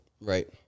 Right